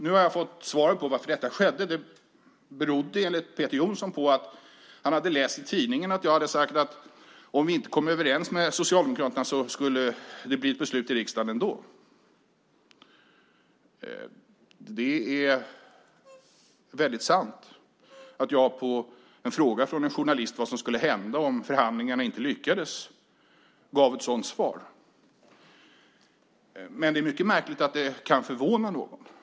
Nu har jag fått svar på varför detta skedde. Det berodde enligt Peter Jonsson på att han hade läst i tidningen att jag hade sagt att om vi inte kom överens med Socialdemokraterna skulle det bli ett beslut i riksdagen ändå. Det är väldigt sant att jag på en fråga från en journalist om vad som skulle hända om förhandlingarna inte lyckades gav ett sådant svar. Det är dock mycket märkligt att det kan förvåna någon.